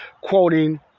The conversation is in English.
quoting